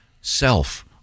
self